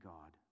God